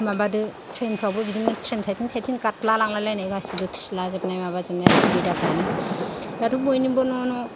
माबादो थ्रेन फ्रावबो बिदिनो थ्रेन साइथिन साइथिन गाद्ला लांलाय लायनाय खिला जोबनाय माबा जोबनाय सुबिदा फ्रानो दाथ' बयनिबो न' न'